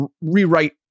rewrite